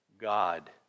God